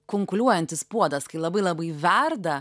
kunkuliuojantis puodas kai labai labai verda